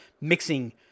mixing